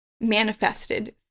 manifested